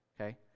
Okay